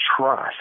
trust